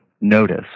notice